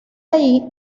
ahí